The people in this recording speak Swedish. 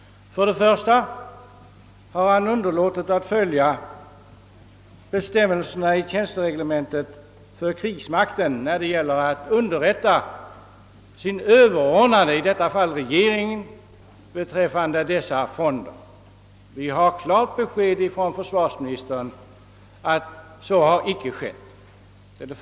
För det första har han underlåtit att följa bestämmelserna i Tjänstereglemente för krigsmakten när det gäller att underrätta sina överordnande, i detta fall regeringen. Vi har klara besked från försvarsministern att han icke gjort det.